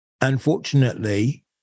Unfortunately